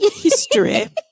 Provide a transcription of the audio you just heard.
history